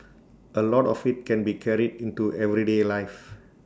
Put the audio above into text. A lot of IT can be carried into everyday life